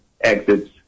exits